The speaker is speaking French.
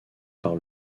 par